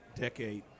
decade